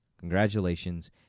Congratulations